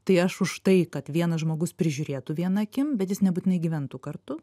tai aš už tai kad vienas žmogus prižiūrėtų viena akim bet jis nebūtinai gyventų kartu